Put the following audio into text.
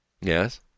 Yes